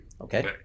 okay